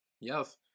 yes